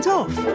off